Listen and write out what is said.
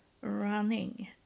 running